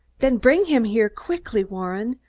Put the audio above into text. then bring him here quickly, warren!